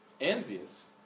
envious